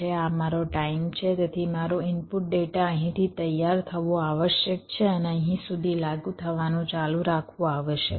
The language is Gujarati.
આ મારો ટાઇમ છે તેથી મારો ઇનપુટ ડેટા અહીંથી તૈયાર થવો આવશ્યક છે અને અહીં સુધી લાગુ થવાનું ચાલુ રાખવું આવશ્યક છે